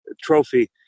trophy